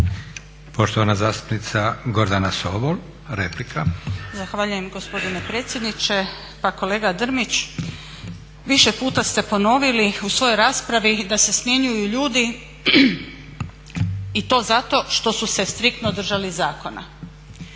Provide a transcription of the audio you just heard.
Poštovana zastupnica Gordana Sobol, replika. **Sobol, Gordana (SDP)** Zahvaljujem gospodine predsjedniče. Pa kolega Drmić, više puta ste ponovili u svojoj raspravi da se smjenjuju ljudi i to zato što su se striktno držali zakona.